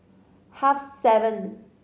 half seven